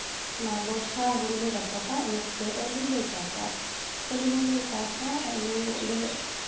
ᱱᱚᱣᱟ ᱵᱚᱨᱥᱟ ᱦᱩᱲᱩᱞᱮ ᱨᱟᱠᱟᱵᱟ ᱤᱱᱟᱹ ᱯᱚᱨᱮ ᱟᱹᱞᱩ ᱞᱮ ᱪᱟᱥᱟ ᱟᱹᱞᱩ ᱦᱚᱸᱞᱮ ᱪᱟᱥᱟ ᱟᱹᱞᱩ ᱦᱚᱸᱞᱮ